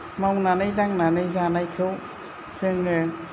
मावनानै दांनानै जानायखौ जोङो